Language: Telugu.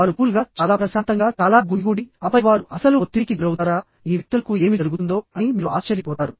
వారు కూల్ గా చాలా ప్రశాంతంగా చాలా గుమిగూడి ఆపై వారు అస్సలు ఒత్తిడికి గురవుతారా ఈ వ్యక్తులకు ఏమి జరుగుతుందో అని మీరు ఆశ్చర్యపోతారు